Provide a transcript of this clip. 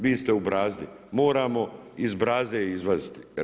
Vi ste u brazdi, moramo iz brazde izlaziti.